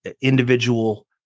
individual